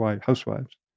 housewives